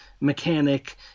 mechanic